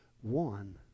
one